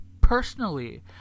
personally